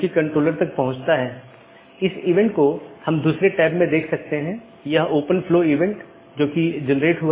एक ज्ञात अनिवार्य विशेषता एट्रिब्यूट है जोकि सभी BGP कार्यान्वयन द्वारा पहचाना जाना चाहिए और हर अपडेट संदेश के लिए समान होना चाहिए